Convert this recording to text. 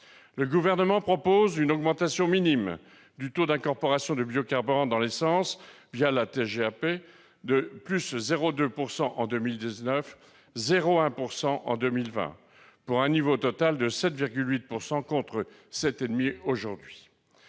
Le Gouvernement propose une augmentation minime du taux d'incorporation de biocarburants dans l'essence la TGAP : 0,2 % en 2019 et 0,1 % en 2020, pour un niveau total de 7,8 %, contre 7,5 % aujourd'hui,